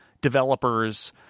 developers